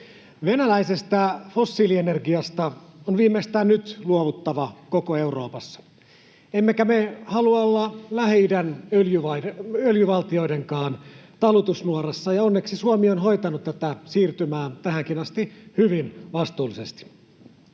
Venäläisestä fossiilienergiasta on viimeistään nyt luovuttava koko Euroopassa, emmekä me halua olla Lähi-idän öljyvaltioidenkaan talutusnuorassa. Onneksi Suomi on hoitanut tätä siirtymää tähänkin asti hyvin vastuullisesti.